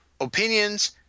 opinions